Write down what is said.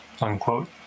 unquote